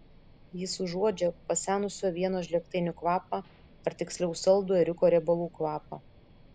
jis užuodžia pasenusių avienos žlėgtainių kvapą ar tiksliau saldų ėriuko riebalų kvapą